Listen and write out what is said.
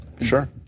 Sure